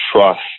trust